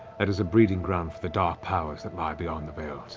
that is a breeding ground for the dark powers that lie beyond the veil.